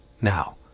now